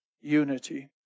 unity